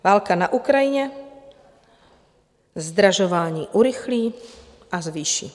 Válka na Ukrajině zdražování urychlí a zvýší.